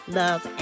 love